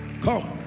Come